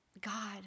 God